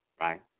right